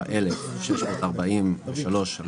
יש מעקב אחרי שמקבלים סל שליטה,